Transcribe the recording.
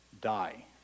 die